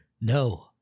No